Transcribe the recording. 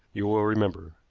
you will remember.